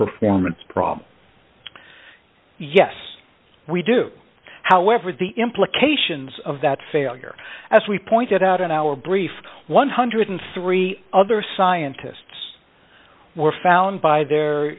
performance problem yes we do however the implications of that failure as we pointed out in our brief one hundred and three dollars other scientists were found by their